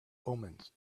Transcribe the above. omens